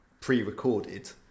pre-recorded